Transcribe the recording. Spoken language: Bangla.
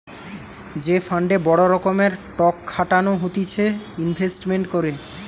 যে ফান্ডে বড় রকমের টক খাটানো হতিছে ইনভেস্টমেন্ট করে